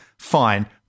Fine